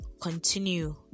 continue